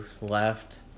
left